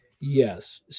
Yes